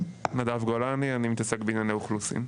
נדב גולני, אני מתעסק בענייני אוכלוסין.